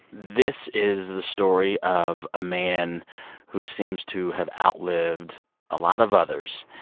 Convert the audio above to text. this is the story of a man who seems to have outlived a lot of others,